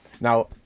now